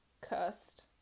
cursed